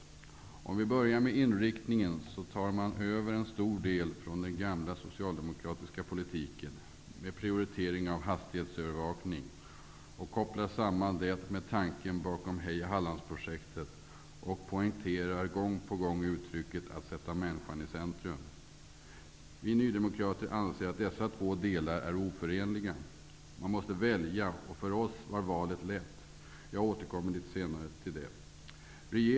För att börja med inriktningen så tar man över en stor del från den gamla socialdemokratiska politiken med prioritering av hastighetsövervakningen. Man kopplar samman detta med tanken bakom projektet Heja Halland. Gång på gång poängteras uttrycket ''att sätta människan i centrum''. Vi nydemokrater anser att dessa två delar är oförenliga. Man måste välja. För oss har valet varit lätt. Jag återkommer litet senare till den saken.